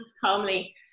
calmly